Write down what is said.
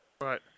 Right